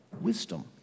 Wisdom